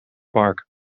park